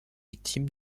victime